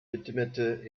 widmete